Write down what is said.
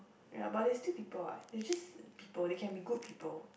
ya but they are still people [what] they're just people they can be good people